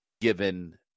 given